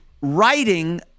writing